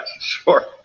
sure